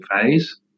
phase